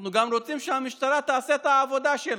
אנחנו גם רוצים שהמשטרה תעשה את העבודה שלה,